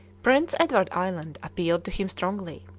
prince edward island appealed to him strongly.